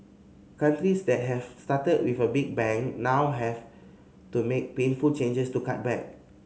countries that have started with a big bang now have to make painful changes to cut back